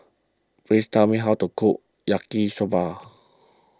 please tell me how to cook Yaki Soba